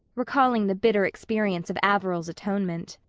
recalling the bitter experience of averil's atonement.